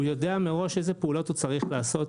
הוא יודע מראש איזה פעולות הוא צריך לעשות,